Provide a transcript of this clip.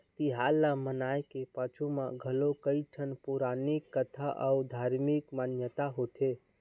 तिहार ल मनाए के पाछू म घलोक कइठन पउरानिक कथा अउ धारमिक मान्यता होथे